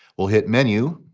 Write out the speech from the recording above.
we'll hit menu.